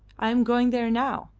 i am going there now,